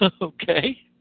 Okay